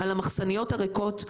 על המחסניות הריקות.